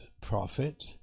prophet